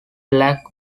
lack